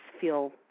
feel